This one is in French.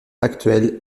actuel